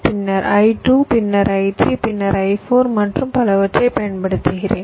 பின்னர் I2 பின்னர் I3 பின்னர் I4 மற்றும் பலவற்றைப் பயன்படுத்துகிறேன்